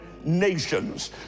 nations